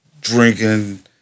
drinking